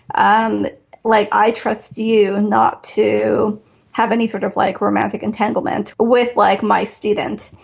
um like i trust you not to have any sort of like romantic entanglement with like my student.